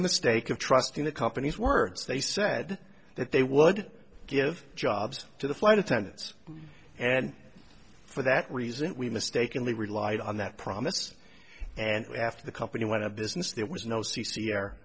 the mistake of trusting the company's words they said that they would give jobs to the flight attendants and for that reason we mistakenly relied on that promise and after the company went out of business there was no